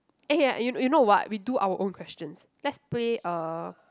eh ya you you know what we do our own questions let's play uh